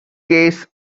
case